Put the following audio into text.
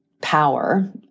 power